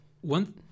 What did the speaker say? One